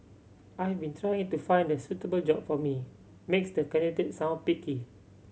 I've been trying to find the suitable job for me makes the candidate sound picky